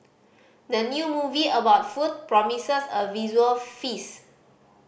the new movie about food promises a visual feast